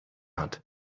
hat